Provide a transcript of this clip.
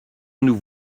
nous